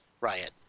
riot